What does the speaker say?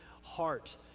heart